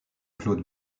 claude